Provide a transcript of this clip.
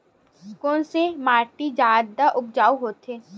कोन से माटी जादा उपजाऊ होथे?